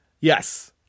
Yes